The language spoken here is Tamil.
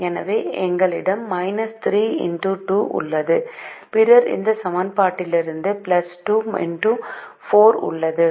எனவே எங்களிடம் −3 X2 உள்ளது பின்னர் இந்த சமன்பாட்டிலிருந்து 3 X4 உள்ளது